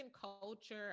culture